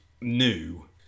new